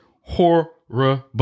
horrible